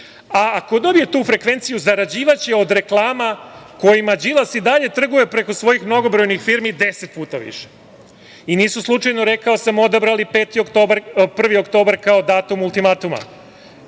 a ako dobije tu frekvenciju, zarađivaće od reklama kojima Đilas i dalje trguje preko svojih mnogobrojnih firmi deset puta više. I nisu slučajno, rekao sam, odabrali 1. oktobar kao datum ultimatuma,